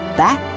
back